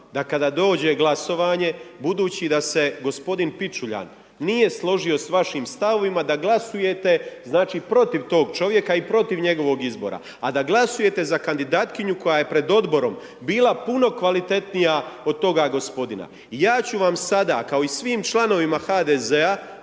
da kada dođe glasovanje, budući da se g. Pičuljan nije složio s vašim stavovima, da glasujete znači protiv tog čovjeka i protiv njegovog izbora a da glasujete za kandidatkinju koja je pred odborom bila puno kvalitetnija od toga gospodina. Ja ću vam sada kao i svim članovima HDZ-a